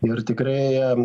ir tikrai